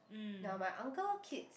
ya my uncle kid